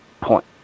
Point